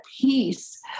peace